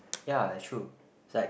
ya true it's like